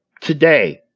today